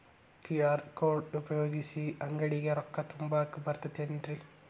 QR code ಉಪಯೋಗಿಸಿ, ಅಂಗಡಿಗೆ ರೊಕ್ಕಾ ತುಂಬಾಕ್ ಬರತೈತೇನ್ರೇ?